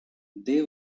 they